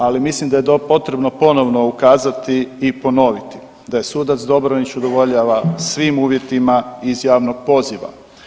Ali mislim da je to potrebno ponovno ukazati i ponoviti da sudac Dobronić udovoljava svim uvjetima iz javnog poziva.